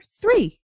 three